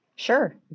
Sure